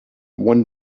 one